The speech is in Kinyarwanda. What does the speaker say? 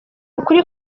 ukuri